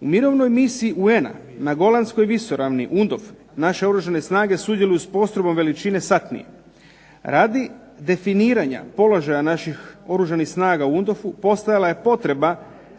U mirovnoj misiji UN-a na Golanskoj visoravni UNDOF naše Oružane snage sudjeluju s postrojbom veličine satnije. Radi definiranja položaja naših Oružanih snaga u UNDOF-u postojala je potreba